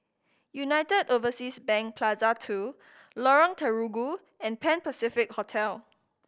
United Overseas Bank Plaza Two Lorong Terigu and Pan Pacific Hotel